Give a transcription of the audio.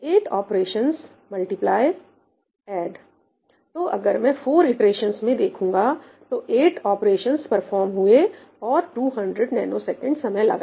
Student 8 8 operations multiply add तो अगर मैं 4 इटरेशंस में देखूंगा तो 8 ऑपरेशंस परफॉर्म हुए और 200 ns समय लगा